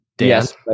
Yes